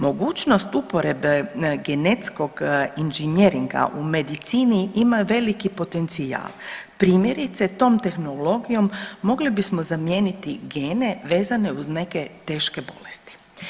Mogućnost uporabe genetskog inženjeringa u medicini ima veliki potencijal, primjerice tom tehnologijom mogli bismo zamijeniti gene vezane uz neke teške bolesti.